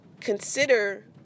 consider